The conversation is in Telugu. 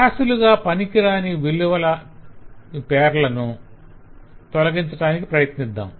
క్లాసులు గా పనికిరాని విలువల పేర్లను తొలగించటానికి ప్రయత్నిద్దాం